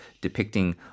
depicting